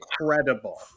incredible